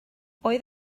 oedd